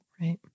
right